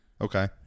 Okay